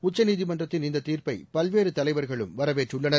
உச்சநீதிமன்றத்தின் இந்த தீர்ப்பை பல்வேறு தலைவர்களும் வரவேற்றுள்ளனர்